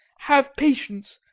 have patience!